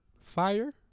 fire